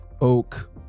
oak